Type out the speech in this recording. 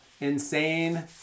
insane